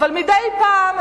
אבל מדי פעם,